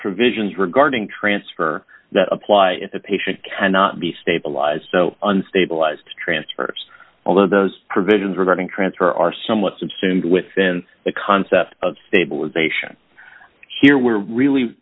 provisions regarding transfer that apply if the patient cannot be stabilized so unstabilized transfers although those provisions regarding transfer are somewhat subsumed within the concept of stabilization here we're really